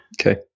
okay